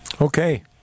Okay